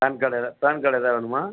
பான் card PAN card எதாவது வேணுமா